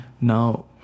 now